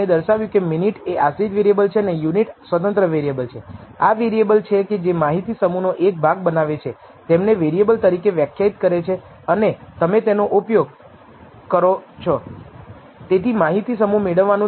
તમે β0 અને β1 માટે કોન્ફિડન્સ ઈન્ટર્વલસ પણ બનાવી શકો છો અને અગાઉની વસ્તુમાંથી તમે જે અંદાજ લગાવો છો તે આશરે અથવા 2